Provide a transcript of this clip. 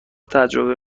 تجربه